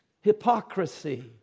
hypocrisy